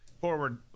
forward